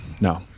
no